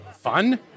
fun